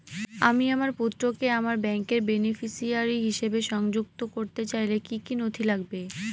আমি আমার পুত্রকে আমার ব্যাংকের বেনিফিসিয়ারি হিসেবে সংযুক্ত করতে চাইলে কি কী নথি লাগবে?